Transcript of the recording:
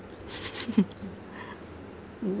oo